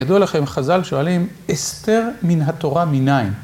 ידוע לכם, חז'ל שואלים, אסתר מן התורה מיניין.